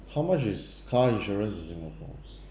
how much is car insurance in singapore